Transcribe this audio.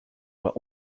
were